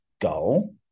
goal